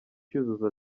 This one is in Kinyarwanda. cyuzuzo